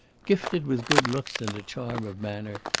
gifted with good looks and a charm of manner,